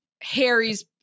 harry's